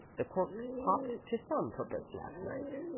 the corks popped to some purpose last night,